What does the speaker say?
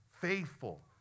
Faithful